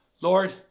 Lord